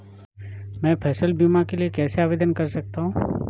मैं फसल बीमा के लिए कैसे आवेदन कर सकता हूँ?